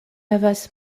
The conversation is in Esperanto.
havas